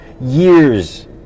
years